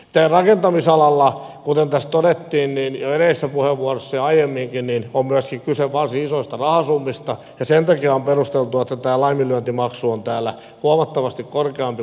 tällä rakentamisalalla kuten tässä todettiin jo edellisessä puheenvuorossa ja aiemminkin on myöskin kyse varsin isoista rahasummista ja sen takia on perusteltua että tämä laiminlyöntimaksu on täällä huomattavasti korkeampi kuin muilla aloilla